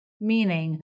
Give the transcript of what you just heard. Meaning